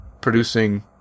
producing